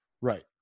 right